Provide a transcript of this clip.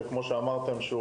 שכמו שגם אתם אמרתם,